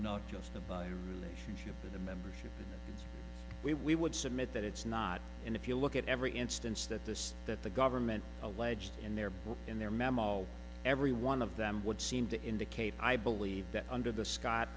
not just them but a relationship with a membership and we we would submit that it's not and if you look at every instance that this that the government alleged in their book in their memo every one of them would seem to indicate i believe that under the scott